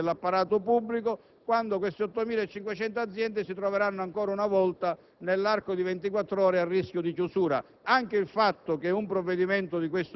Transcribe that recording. degli imprenditori ma per inefficienza dell'apparato pubblico; quelle 8.500 aziende si troveranno ancora una volta, nell'arco di 24 ore, a rischio di chiusura.